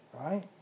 Right